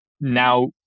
now